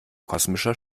kosmischer